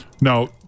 Now